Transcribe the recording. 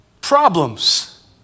Problems